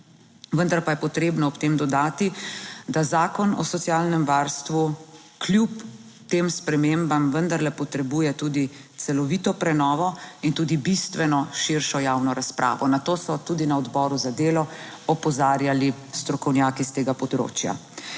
Vendar pa je potrebno ob tem dodati, da Zakon o socialnem varstvu kljub tem spremembam vendarle potrebuje tudi celovito prenovo in tudi bistveno širšo javno razpravo. Na to so tudi na Odboru za delo opozarjali strokovnjaki s tega področja.